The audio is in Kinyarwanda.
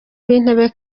w’intebe